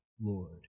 Lord